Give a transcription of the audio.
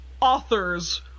authors